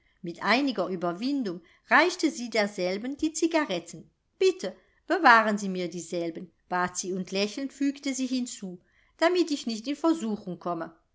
mit einiger ueberwindung reichte sie derselben die cigaretten bitte bewahren sie mir dieselben bat sie und lächelnd fügte sie hinzu damit ich nicht in versuchung komme